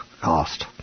cost